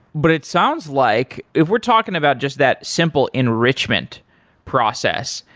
but it sounds like, if we're talking about just that simple enrichment process,